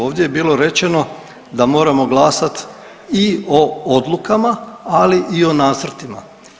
Ovdje je bilo rečeno da moramo glasat i o odlukama, ali i o nacrtima.